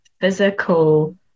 physical